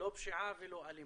לא פשיעה ולא אלימות.